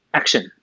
action